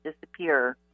disappear